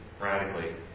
radically